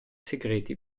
segreti